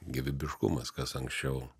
gyvybiškumas kas anksčiau